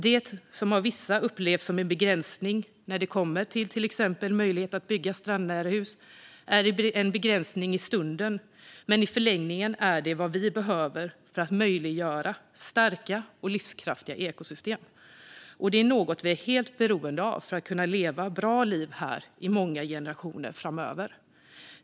Det som av vissa upplevs som en begränsning när det kommer till exempelvis möjligheten att bygga strandnära hus är en begränsning i stunden, men i förlängningen är det vad vi behöver för att möjliggöra starka och livskraftiga ekosystem. Detta är något som vi är helt beroende av för att kunna leva bra liv här i många generationer framåt.